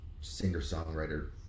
singer-songwriter